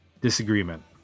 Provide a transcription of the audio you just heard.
disagreement